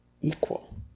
equal